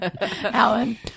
Alan